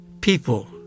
people